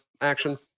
action